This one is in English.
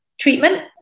treatment